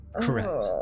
Correct